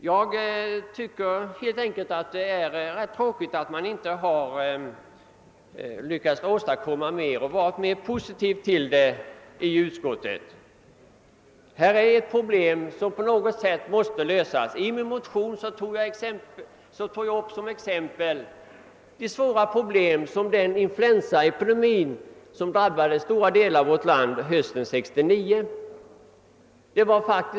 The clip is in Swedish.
Jag finner det tråkigt att man i utskottet inte har varit mera positiv i denna fråga och inte kunnat åstadkomma mera när det gäller dessa problem, som på något sätt måste lösas. I min motion har jag som exempel tagit upp de stora svårigheter den influensaepedemi förde med sig som drabbade stora delar av vårt land hösten 1969.